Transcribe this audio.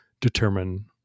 determine